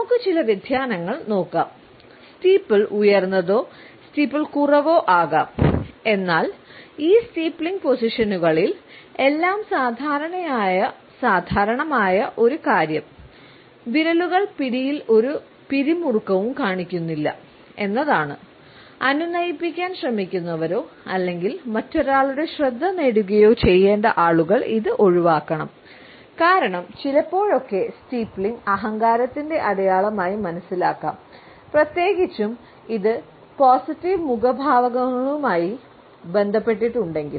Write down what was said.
നമുക്ക് ചില വ്യതിയാനങ്ങൾ നോക്കാം സ്റ്റീപ്പിൾ അഹങ്കാരത്തിന്റെ അടയാളമായി മനസ്സിലാക്കാം പ്രത്യേകിച്ചും ഇത് പോസിറ്റീവ് മുഖഭാവങ്ങളുമായി ബന്ധപ്പെട്ടിട്ടില്ലെങ്കിൽ